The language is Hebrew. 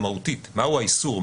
מהו האיסור,